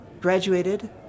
graduated